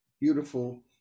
beautiful